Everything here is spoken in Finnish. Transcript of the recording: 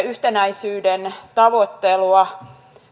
yhtenäisyyden tavoittelua